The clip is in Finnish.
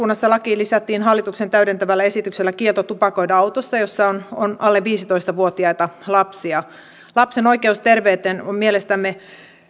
eduskunnassa lakiin lisättiin hallituksen täydentävällä esityksellä kielto tupakoida autossa jossa on on alle viisitoista vuotiaita lapsia lapsen oikeus terveyteen on mielestämme